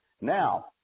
Now